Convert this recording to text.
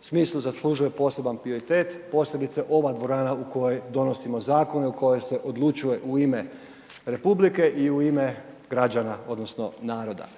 smislu zaslužuje poseban prioritet, posebice ova dvorana u kojoj donosimo zakone, u kojoj se odlučuje u ime RH i u ime građana odnosno naroda,